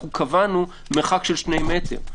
אנחנו קבענו מרחק של שני מטרים,